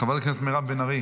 חברת הכנסת מרב בן ארי,